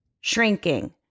shrinking